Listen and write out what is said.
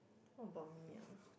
what about me ah